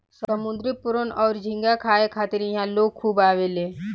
समुंद्री प्रोन अउर झींगा के खाए खातिर इहा लोग खूब आवेले